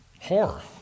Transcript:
horror